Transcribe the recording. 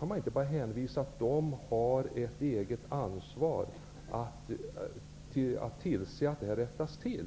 Man kan inte bara hänvisa till att myndigheterna har ett eget ansvar för att detta rättas till.